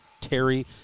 Terry